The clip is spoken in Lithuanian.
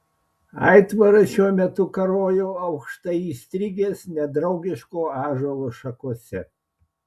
aitvaras šiuo metu karojo aukštai įstrigęs nedraugiško ąžuolo šakose